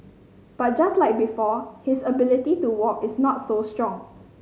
but just like before his ability to walk is not so strong